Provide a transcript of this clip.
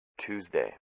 Tuesday